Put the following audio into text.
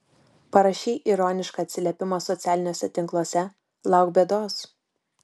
parašei ironišką atsiliepimą socialiniuose tinkluose lauk bėdos